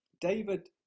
David